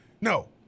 no